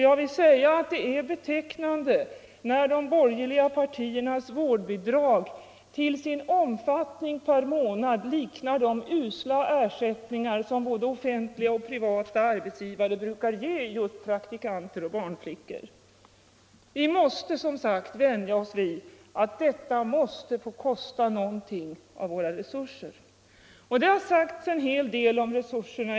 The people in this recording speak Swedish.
Jag vill säga att det är betecknande för de borgerliga partierna att deras förslag om vård = Nr 52 bidrag till sin omfattning per månad liknar de usla ersättningar som of Onsdagen den fentliga och privata arbetsgivare brukar ge just praktikanter och barn 9 april 1975 flickor. — Vi måste som sagt vänja oss vid att detta skall få kosta någonting Ekonomiskt stöd åt av våra resurser. barnfamiljer, m. m Det har i dag sagts en hel del om resurserna.